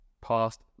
past